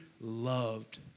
loved